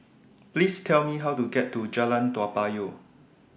Please Tell Me How to get to Jalan Toa Payoh